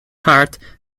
heart